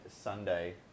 Sunday